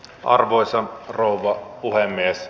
arvoisa rouva puhemies